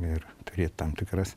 ir turėt tam tikras